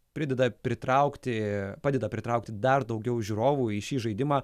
prideda pritraukti padeda pritraukti dar daugiau žiūrovų į šį žaidimą